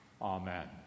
Amen